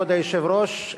כבוד היושב-ראש,